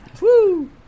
Woo